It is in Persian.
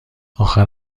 آخر